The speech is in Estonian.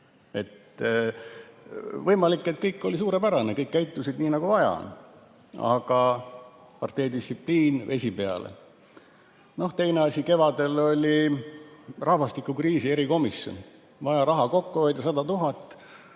Võimalik, et kõik oli suurepärane, kõik käitusid nii, nagu vaja. Aga parteidistsipliin – vesi peale. Teine asi, kevadel oli rahvastikukriisi erikomisjoni [küsimus], vaja oli raha kokku hoida 100 000.